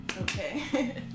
Okay